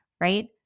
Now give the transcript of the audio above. Right